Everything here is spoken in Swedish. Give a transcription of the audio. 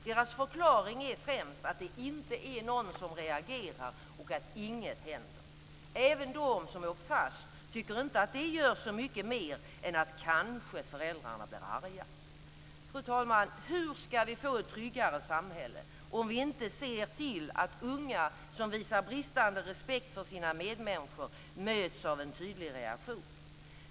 Deras förklaring är främst att det inte är någon som reagerar och att inget händer. Även de som åkt fast tycker inte att det gör så mycket mer än att kanske föräldrarna blir arga. Fru talman! Hur ska vi få ett tryggare samhälle om vi inte ser till att unga som visar bristande respekt för sina medmänniskor möts av en tydlig reaktion?